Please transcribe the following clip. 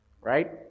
right